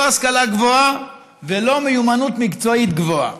לא השכלה גבוהה ולא מיומנות מקצועית גבוהה.